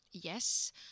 Yes